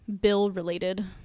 bill-related